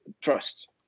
trust